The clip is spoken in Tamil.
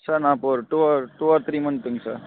சார் நான் இப்போ ஒரு two or two or three மந்த்துங்க சார்